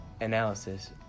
analysis